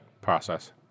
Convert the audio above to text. process